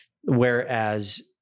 Whereas